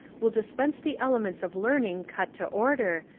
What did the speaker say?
will dispense the elements of learn ing cut to order,